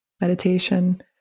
meditation